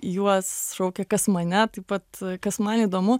juos šaukia kas mane taip pat kas man įdomu